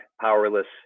powerless